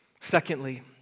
Secondly